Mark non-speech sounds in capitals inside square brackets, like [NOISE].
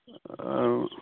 [UNINTELLIGIBLE]